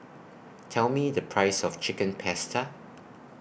Tell Me The Price of Chicken Pasta